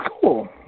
cool